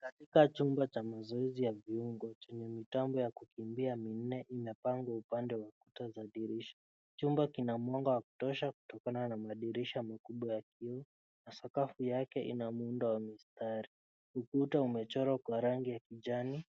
Katika chumba cha mazoezi ya viungo kuna mitambo ya kukimbia minne imepangwa upande wa kuta na dirisha. Chumba kina mwanga wa kutosha kutokana na madirisha makubwa chini na sakafu yake ina muundo wa mistari. Ukuta umechorwa kwa rangi ya kijani